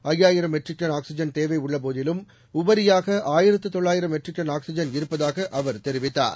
ஐயாயிரம் metric tonne oxygen தேவை உள்ளபோதிலும் உபரியாக ஆயிரத்து தொள்ளாயிரம் மெட்ரிக் டன் ஆக்ஸிஜன் இருப்பதாக அவர் தெரிவித்தார்